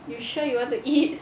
you sure you want to eat